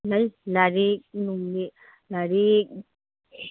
ꯂꯩ ꯂꯥꯏꯔꯤꯛ ꯅꯨꯡꯂꯤꯛ ꯂꯥꯏꯔꯤꯛ